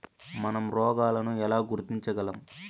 మనం రోగాలను ఎలా గుర్తించగలం?